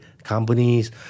companies